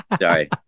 sorry